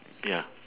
ya